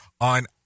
on